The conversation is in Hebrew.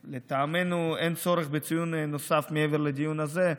לטעמנו, אין צורך בציון נוסף מעבר לדיון הזה.